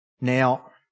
Now